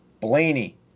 Blaney